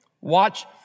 Watch